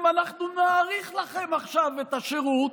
אנחנו נאריך לכם עכשיו את השירות.